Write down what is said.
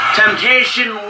temptation